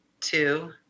two